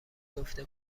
گفته